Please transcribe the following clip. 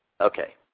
Okay